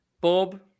Bob